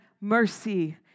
mercy